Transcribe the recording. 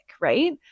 right